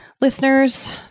listeners